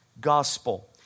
gospel